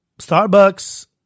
Starbucks